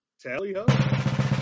Tally-ho